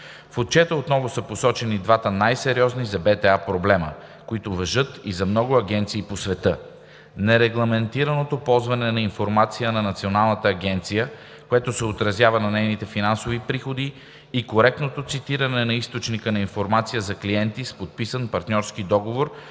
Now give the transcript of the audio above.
В Отчета отново са посочени двата най-сериозни за БТА проблема, които важат и за много агенции по света: нерегламентираното ползване на информация на националната агенция, което се отразява на нейните финансови приходи; и коректното цитиране на източника на информация за клиенти с подписан партньорски договор,